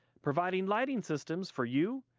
providing lighting systems for you,